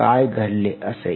काय घडले असे